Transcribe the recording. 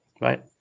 Right